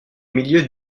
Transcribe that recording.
milieu